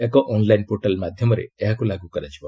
ଏକ online portal ମାଧ୍ୟମରେ ଏହାକୁ ଲାଗୁ କରାଯିବ